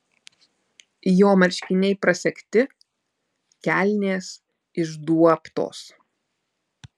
jo marškiniai prasegti kelnės išduobtos